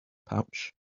pouch